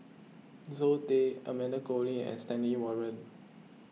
Zoe Tay Amanda Koe Lee and Stanley Warren